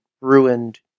ruined